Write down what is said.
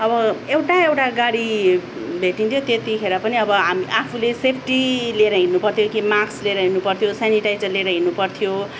अब एउटा एउटा गाडी भेटिन्थ्यो त्यतिखेर पनि अब हामी आफूले सेफ्टी लिएर हिँड्नु पर्थ्यो कि मास्क लिएर हिँड्नु पर्थ्यो सेनिटाइजर लिएर हिँड्नु पर्थ्यो